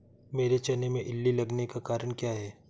मेरे चने में इल्ली लगने का कारण क्या है?